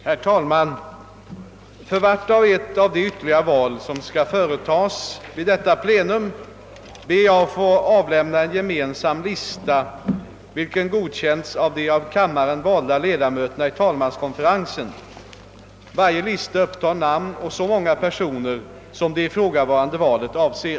Herr talman! För vart och ett av de ytterligare val som skall företagas vid detta plenum ber jag att få avlämna en gemensam lista, vilken godkänts av de av kammaren valda ledamöterna i talmeanskonferensen. Varje lista upptar namn å så många personer, som det ifrågavarande valet avser.